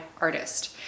artist